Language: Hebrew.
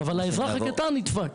אבל האזרח הקטן נדפק.